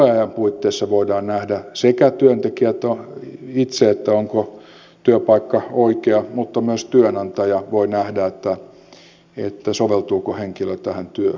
koeajan puitteissa voi työntekijä itse nähdä onko työpaikka oikea mutta myös työnantaja voi nähdä soveltuuko henkilö tähän työhön